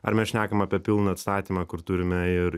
ar mes šnekam apie pilną atsakymą kur turime ir